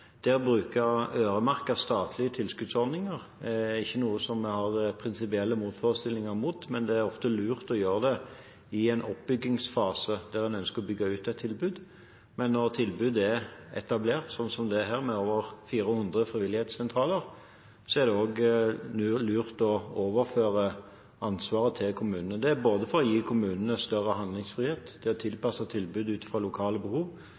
Det å bruke øremerkede statlige tilskuddsordninger er ikke noe som vi har prinsipielle motforestillinger mot, men det er ofte lurt å gjøre det i en oppbyggingsfase der en ønsker å bygge ut et tilbud. Men når tilbudet er etablert, slik det er her, med over 400 frivillighetssentraler, er det lurt å overføre ansvaret til kommunene –for å gi kommunene større handlingsfrihet til å tilpasse tilbudet ut fra lokale behov,